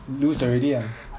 lose already ah